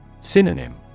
Synonym